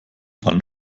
wand